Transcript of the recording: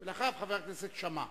ואחריו, חבר הכנסת שאמה.